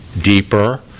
deeper